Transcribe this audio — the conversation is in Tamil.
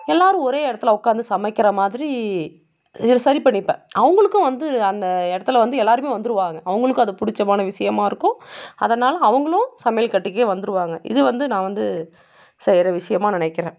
எல்லாரும் ஒரே இடத்துல உட்காந்து சமைக்கிற மாதிரி சரி பண்ணிப்பேன் அவங்களுக்கும் வந்து அந்த இடத்துல வந்து எல்லாருமே வந்துருவாங்க அவங்களுக்கும் அது பிடிச்சமான விஷயமாகருக்கும் அதனால் அவங்குளும் சமையல் கட்டுக்கே வந்துருவாங்க இது வந்து நான் வந்து செய்கிற விஷயமாக நான் நினைக்கிறன்